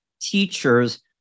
teachers